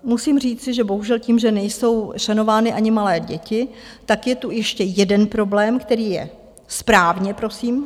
Musím říci, že bohužel tím, že nejsou šanovány ani malé děti, tak je tu ještě jeden problém, který je správně, prosím.